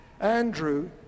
Andrew